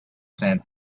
sand